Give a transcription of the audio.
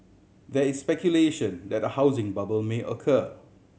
there is speculation that a housing bubble may occur